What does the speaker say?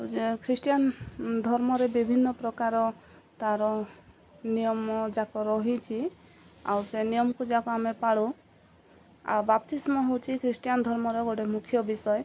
ଯେ ଖ୍ରୀଷ୍ଟିୟଆନ ଧର୍ମରେ ବିଭିନ୍ନ ପ୍ରକାର ତାର ନିୟମ ଯାକ ରହିଛି ଆଉ ସେ ନିୟମକୁ ଯାକ ଆମେ ପାଳୁ ଆଉ ବାତିଷ୍ମ ହେଉଛି ଖ୍ରୀଷ୍ଟିୟଆନ ଧର୍ମର ଗୋଟେ ମୁଖ୍ୟ ବିଷୟ